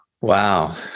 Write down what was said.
Wow